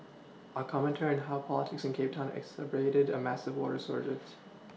a commentary on how politics in Cape town exacerbated a massive water shortage